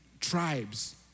tribes